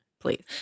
please